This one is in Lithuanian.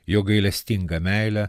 jo gailestingą meilę